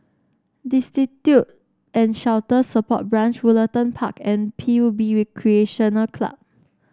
Destitute and Shelter Support Branch Woollerton Park and P U B Recreation Club